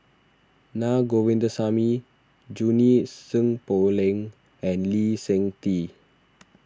Na Govindasamy Junie Sng Poh Leng and Lee Seng Tee